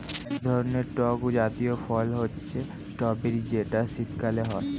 এক ধরনের টক জাতীয় ফল হচ্ছে স্ট্রবেরি যেটা শীতকালে হয়